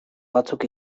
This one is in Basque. batzuk